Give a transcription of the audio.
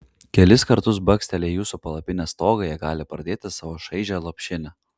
kelis kartus bakstelėję į jūsų palapinės stogą jie gali pradėti savo šaižią lopšinę